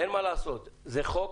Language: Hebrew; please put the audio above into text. אין מה לעשות, זה חוק,